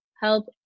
help